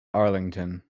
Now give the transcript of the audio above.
arlington